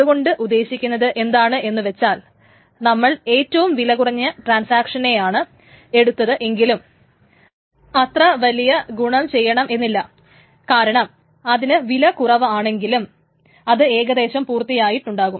അതുകൊണ്ട് ഉദ്ദേശിക്കുന്നത് എന്താണ് എന്നു വച്ചാൽ നമ്മൾ ഏറ്റവും വില കുറഞ്ഞ ട്രാൻസാക്ഷനെയാണ് എടുത്തത് എങ്കിലും അത്ര വലിയ ഗുണം ചെയ്യണം എന്നില്ല കാരണം അതിന് വില കുറവാണെങ്കിലും അത് ഏകദേശം പൂർത്തിയാക്കിയിട്ടുണ്ടാകും